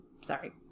sorry